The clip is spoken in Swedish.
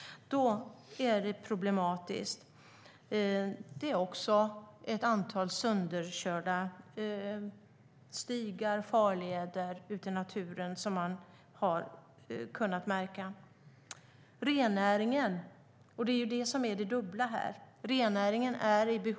Då är det problematiskt, för det kan bli sönderkörda stigar och leder ute i naturen. Rennäringen är i behov av dessa fordon. Det är det som är det dubbla här.